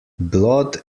blood